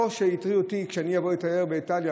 לא שהטריד אותי שכשאני אבוא לתייר באיטליה,